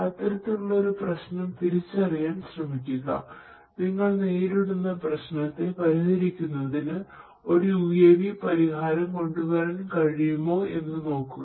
അത്തരത്തിലുള്ള ഒരു പ്രശ്നം തിരിച്ചറിയാൻ ശ്രമിക്കുക നിങ്ങൾ നേരിടുന്ന പ്രശ്നത്തെ പരിഹരിക്കുന്നതിന് ഒരു UAV പരിഹാരം കൊണ്ടുവരാൻ കഴിയുമോ എന്ന് നോക്കുക